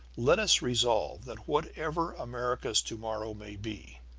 let us resolve that whatever america's to-morrow may be,